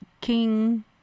King